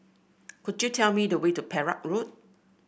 could you tell me the way to Perak Road